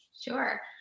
Sure